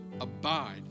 abide